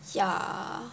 ya